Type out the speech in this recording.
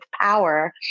power